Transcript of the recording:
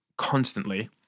constantly